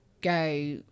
go